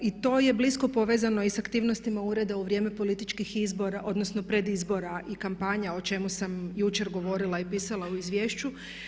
I to blisko povezano i sa aktivnostima ureda u vrijeme političkih izbora, odnosno predizbora i kampanja o čemu sam jučer govorila i pisala u izvješću.